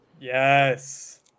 yes